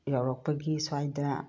ꯌꯧꯔꯛꯄꯒꯤ ꯁ꯭ꯋꯥꯏꯗ